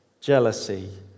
jealousy